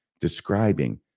describing